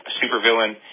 supervillain